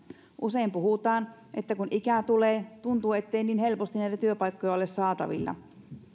usein puhutaan että kun ikää tulee niin tuntuu ettei työpaikkoja ole saatavilla niin helposti